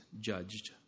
judged